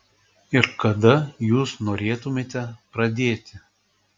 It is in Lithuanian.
ir kada jūs norėtumėte pradėti